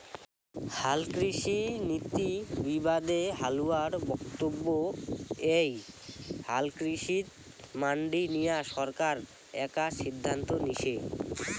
হালকৃষিনীতি বিবাদে হালুয়ার বক্তব্য এ্যাই হালকৃষিত মান্ডি নিয়া সরকার একা সিদ্ধান্ত নিসে